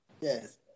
Yes